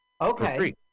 Okay